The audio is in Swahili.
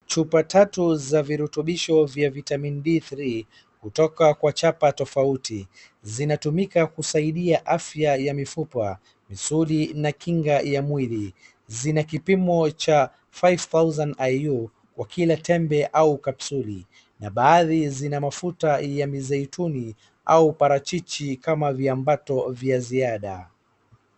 Chupa tatu za virutubisho vya Vitamin D3 kutoka kwa chapa tofauti. Zinatumika kusaidia afya ya mifupa, misuli na kinga ya mwili. Zina kipimo cha 5000 IU kwa kila tembe au kapsuli na baadhi zina mafuta ya mizeituni au parachichi kama viambato vya ziada.